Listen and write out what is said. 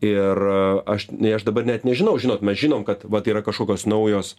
ir aš nei aš dabar net nežinau žinot mes žinom kad vat yra kažkokios naujos